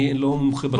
אני לא מומחה בתחום.